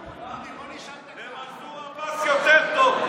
מנסור עבאס יותר טוב.